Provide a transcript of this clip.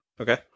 Okay